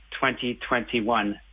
2021